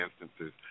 instances